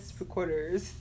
recorders